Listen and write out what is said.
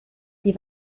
die